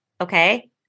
Okay